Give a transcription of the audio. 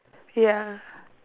ya